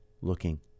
looking